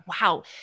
wow